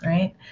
Right